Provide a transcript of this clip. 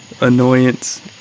annoyance